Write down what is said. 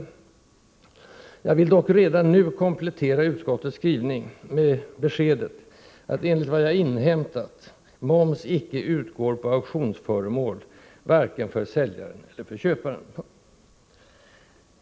Jag vill dock redan nu komplettera utskottets skrivning med beskedet att — enligt vad jag inhämtat — moms icke utgår på auktionsföremål, varken för säljaren eller för köparen.